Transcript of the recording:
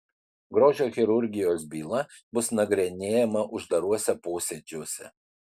grožio chirurgijos byla bus nagrinėjama uždaruose posėdžiuose